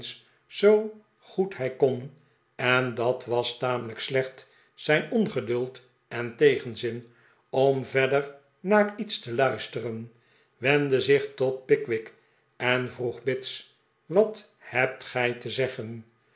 zoo goed hij kon en dat was tamelijk slecht zijn ongeduld en tegenzin om verder naar iets te luisteren wendde zich tot pickwick en vroeg bits wat hebt gij te zeggen